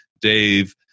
Dave